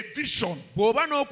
vision